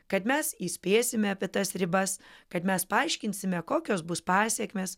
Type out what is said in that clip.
kad mes įspėsime apie tas ribas kad mes paaiškinsime kokios bus pasekmės